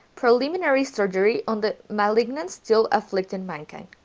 preliminary surgery on the malignance still afflicting mankind.